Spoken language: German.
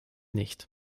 nicht